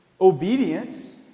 obedience